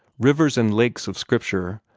rivers and lakes of scripture,